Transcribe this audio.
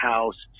House